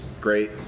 great